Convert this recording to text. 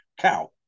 cow